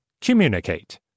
Communicate